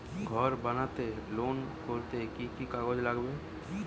ঘর বানাতে লোন করতে কি কি কাগজ লাগবে?